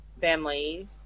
family